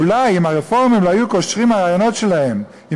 אולי אם הרפורמים לא היו קושרים את הרעיונות שלהם עם